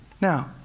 Now